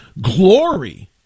glory